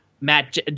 Matt